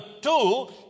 two